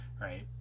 right